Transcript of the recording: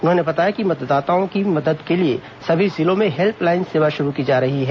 उन्होंने बताया कि मतदाताओं की मदद के लिए सभी जिलों में हेल्पलाइन सेवा शुरू की जा रही है